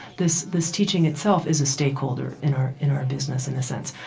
this this teaching itself, is a stakeholder in our in our business in a sense.